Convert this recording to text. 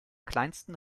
kleinsten